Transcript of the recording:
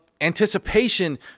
anticipation